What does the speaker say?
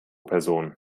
person